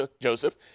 Joseph